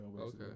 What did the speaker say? Okay